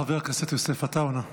חבר הכנסת יוסף עטאונה.